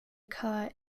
occur